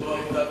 שלא היתה,